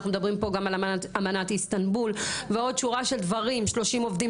גם על אמנת איסטנבול ועוד שורה של דברים: 30 עובדים